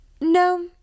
no